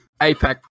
APEC